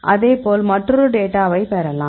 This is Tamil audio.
அதேபோல் மற்றொரு டேட்டாவைப் பெறலாம்